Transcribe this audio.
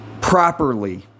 properly